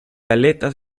aletas